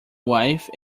wife